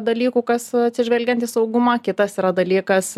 dalykų kas atsižvelgiant į saugumą kitas yra dalykas